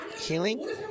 healing